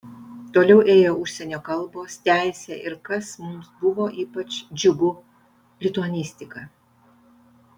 toliau ėjo užsienio kalbos teisė ir kas mums buvo ypač džiugu lituanistika